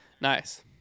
Nice